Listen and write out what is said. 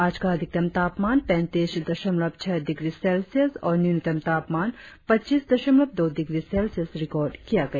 आज का अधिकतम तापमान पैंतीस दशमलव छह डिग्री सेल्सियस और न्यूनतम तापमान पच्चीस दशमलव दो डिग्री सेल्सियस रिकार्ड किया गया